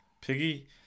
Piggy